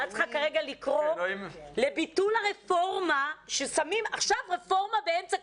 אבל את צריכה כרגע לקרוא לביטול הרפורמה באמצע הקורונה.